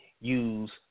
use